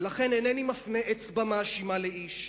ולכן, אינני מפנה אצבע מאשימה לאיש.